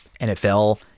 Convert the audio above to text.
NFL